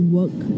work